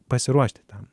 pasiruošti tam